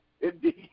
indeed